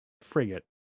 frigate